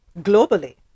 globally